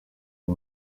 uyu